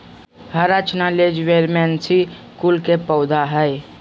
हरा चना लेज्युमिनेसी कुल के पौधा हई